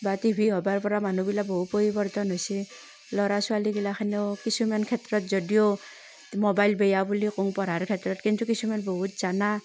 বা টিভি হ'বাৰ পৰা মানুহবিলাক বহু পৰিৱৰ্তন হৈছে ল'ৰা ছোৱালীগিলাখানেও কিছুমান ক্ষেত্ৰত যদিও ম'বাইল বেয়া বুলি কওঁ পঢ়াৰ ক্ষেত্ৰত কিন্তু কিছুমান বহুত জনা